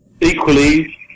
equally